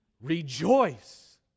Rejoice